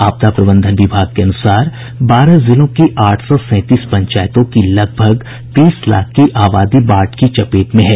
आपदा प्रबंधन विभाग के अनुसार बारह जिलों की आठ सौ सैंतीस पंचायतों की लगभग तीस लाख की आबादी बाढ़ की चपेट में है